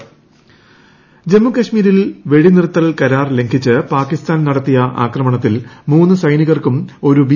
ജമ്മുകശ്മീർ ജമ്മുകശ്മീരിൽ വെടിനിർത്തൽ കരാർ ലംഘിച്ച് പാകിസ്ഥാൻ നടത്തിയ ആക്രമണത്തിൽ മൂന്ന് സൈനികർക്കും ഒരു ബി